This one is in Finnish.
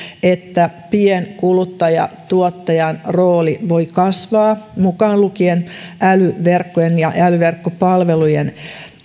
että pienkuluttaja tuottajan rooli voi kasvaa mukaan lukien älyverkkojen ja ja älyverkkopalvelujen